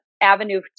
avenue